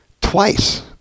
twice